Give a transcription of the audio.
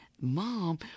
mom